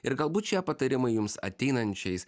ir galbūt šie patarimai jums ateinančiais